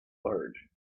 large